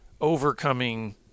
overcoming